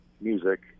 music